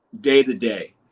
day-to-day